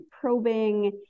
probing